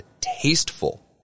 tasteful